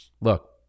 Look